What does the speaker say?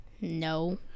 No